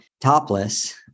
topless